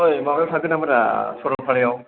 ओय माबायाव थांगोन नामारा सरलफारायाव